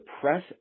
press